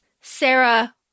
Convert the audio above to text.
Sarah